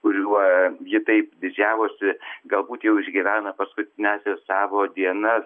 kuriuo ji taip didžiavosi galbūt jau išgyvena paskutiniąsias savo dienas